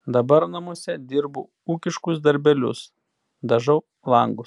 dabar namuose dirbu ūkiškus darbelius dažau langus